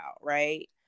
right